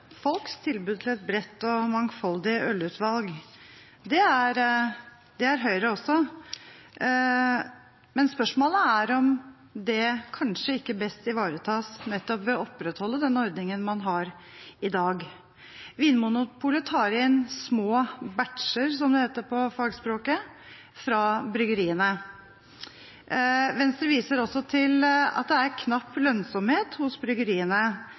et bredt og mangfoldig ølutvalg. Det er Høyre også. Men spørsmålet er om ikke det ivaretas best nettopp ved å opprettholde den ordningen man har i dag. Vinmonopolet tar inn små «batcher», som det heter på fagspråket, fra bryggeriene. Venstre viser også til at det er knapp lønnsomhet hos bryggeriene,